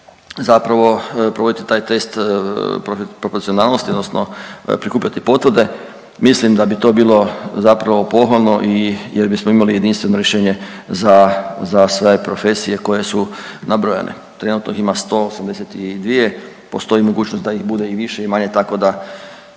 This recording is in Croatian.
zapravo provoditi taj test profesionalnosti odnosno prikupljati potvrde, mislim da bi to bilo zapravo pohvalno i jer bismo imali jedinstveno rješenje za, za sve profesije koje su nabrojane. Trenutno ih ima 182, postoji mogućnost da ih bude i više i manje tako da